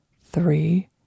three